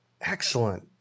excellent